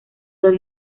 los